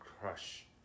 crush